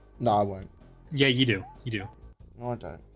now i yeah you do you do all and